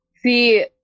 See